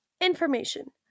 Information